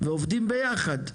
ועובדים ביחד.